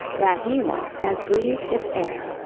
that he once has breathed its air!